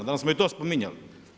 Dal smo i to spominjali?